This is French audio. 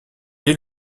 est